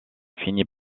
finit